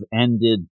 ended